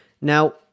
now